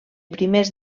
primers